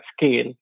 scale